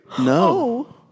No